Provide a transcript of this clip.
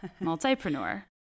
multipreneur